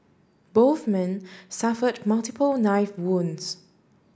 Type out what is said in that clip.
both men suffered multiple knife wounds